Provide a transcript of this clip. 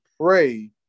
pray